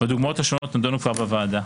והדוגמאות השונות נדונו כבר בוועדה.